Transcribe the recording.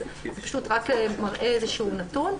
אז זה פשוט רק מראה איזשהו נתון.